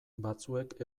batzuek